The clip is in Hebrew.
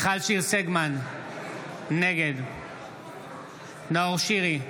נגד מיכל שיר סגמן, נגד נאור שירי,